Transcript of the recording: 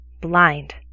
blind